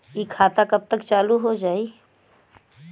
इ खाता कब तक चालू हो जाई?